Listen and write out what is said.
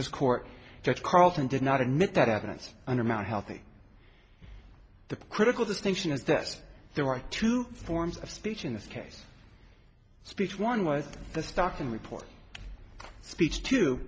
this court judge carleton did not admit that evidence under mao healthy the critical distinction is this there are two forms of speech in this case speech one was the stock in report speech t